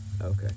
okay